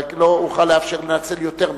רק לא אוכל לאפשר לנצל יותר מכולן.